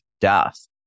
death